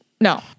No